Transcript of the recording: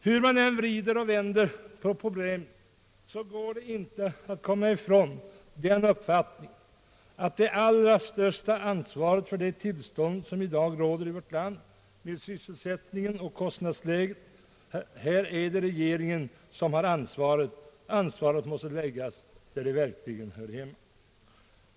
Hur man än vrider och vänder på problem går det inte att komma ifrån den uppfattningen att det allra största ansvaret för det tillstånd som i dag råder i vårt land när det gäller sysselsättningen och kostnadsläget ligger på regeringen; ansvaret måste läggas där det verkligen hör hemma.